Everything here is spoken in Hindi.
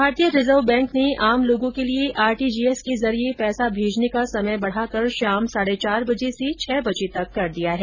भारतीय रिजर्व बैंक ने आम लोगों के लिए आरटीजीएस के जरिए पैसा भेजने का समय बढ़ाकर शाम साढ़े चार बजे से छह बजे तक कर दिया है